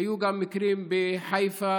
היו גם מקרים בחיפה,